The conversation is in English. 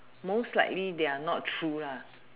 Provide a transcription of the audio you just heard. most likely they are not true lah